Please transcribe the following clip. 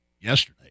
yesterday